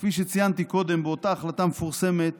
כפי שציינתי קודם, באותה החלטה מפורסמת